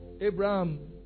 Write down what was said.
Abraham